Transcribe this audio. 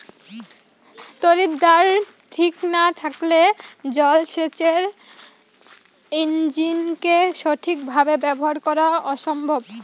তড়িৎদ্বার ঠিক না থাকলে জল সেচের ইণ্জিনকে সঠিক ভাবে ব্যবহার করা অসম্ভব